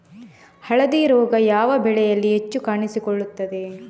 ಹಳದಿ ರೋಗ ಯಾವ ಬೆಳೆಯಲ್ಲಿ ಹೆಚ್ಚು ಕಾಣಿಸಿಕೊಳ್ಳುತ್ತದೆ?